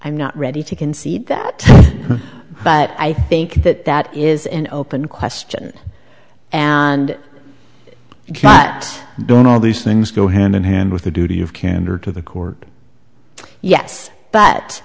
i'm not ready to concede that but i think that that is an open question and but don't all these things go hand in hand with the duty of candor to the court yes but